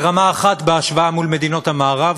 ברמה אחת בהשוואה למדינות המערב.